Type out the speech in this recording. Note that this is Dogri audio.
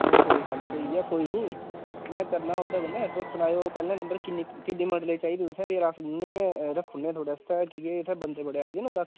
नेईं थुआड़ी गल्ल स्हेई ऐ कोई निं में करना उं'दे कन्नै तुस सनाओ पैह्लें नंबर किन्नी किन्नी मरले चाहिदी तुसें जेकर अस उन्नी गै रक्खूनेआं थुआढ़े आस्तै क्योंकि इत्थै बंदे बड़े आई दे न गाह्की